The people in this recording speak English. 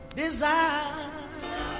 desire